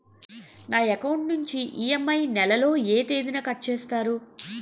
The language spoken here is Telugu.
నా అకౌంట్ నుండి ఇ.ఎం.ఐ నెల లో ఏ తేదీన కట్ చేస్తారు?